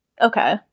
Okay